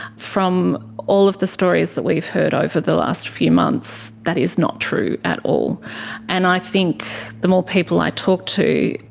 from all of the stories that we've heard over the last few months, that is not true at all and i think the more people i talk to,